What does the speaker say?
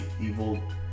evil